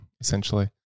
essentially